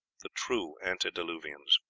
the true antediluvians.